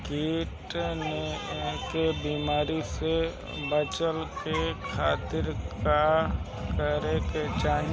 कीट के बीमारी से बचाव के खातिर का करे के चाही?